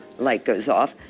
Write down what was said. light goes off.